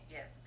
Yes